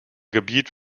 gebiet